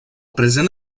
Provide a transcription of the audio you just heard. present